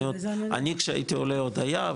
אני כשהייתי עולה עוד היה,